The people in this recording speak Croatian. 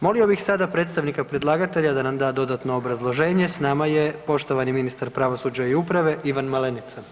Molio bih sada predstavnika predlagatelja da nam da dodatno obrazloženje, s nama je poštovani ministra pravosuđa i uprave Ivan Malenica.